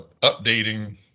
updating